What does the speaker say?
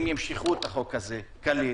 אם ימשכו את החוק הזה כליל,